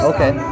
Okay